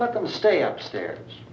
let them stay upstairs